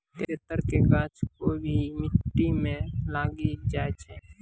तेतर के गाछ कोय भी मिट्टी मॅ लागी जाय छै